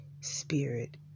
spirit